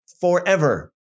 forever